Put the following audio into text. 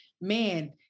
Man